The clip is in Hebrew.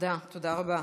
תודה רבה.